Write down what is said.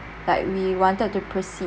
like we wanted to proceed